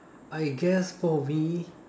I guess for me